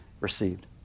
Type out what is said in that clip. received